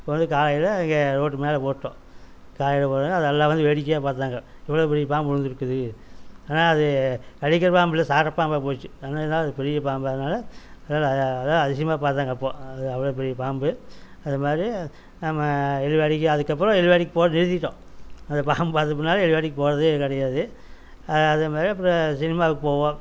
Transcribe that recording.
அப்போது காலையில் அங்கே ரோட்டு மேலே போட்டோம் காலையில் பார்த்தா அதை எல்லோரும் வந்து வேடிக்கையாக பார்த்தாங்க இவ்வளோ பெரிய பாம்பு விழுந்துருக்குது ஆனால் அது கடிக்கிற பாம்பு இல்லை சாரை பாம்பாக போச்சு பெரிய பாம்பாக இருந்ததினால எல்லோரும் அதை அதை அதிசயமாக பார்த்தாங்க அப்போது அது அவ்வளோ பெரிய பாம்பு அது மாதிரி நம்ம எருவாடிக்கு அதுக்கப்புறம் எருவாடிக்கு போறதே நிறுத்திவிட்டோம் அந்த பாம்பை பார்த்தா பின்னாடி எருவாடிக்கி போகிறதே கிடையாது அதுமாதிரி அப்புறம் சினிமாக்கு போவோம்